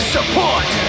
Support